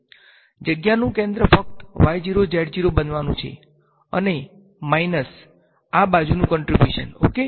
જગ્યાનું કેન્દ્ર ફક્ત બનવાનું છે અને માઈનસ આ બાજુનું કંટ્રીબ્યુશન ઓકે